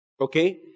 okay